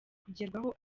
kugerwaho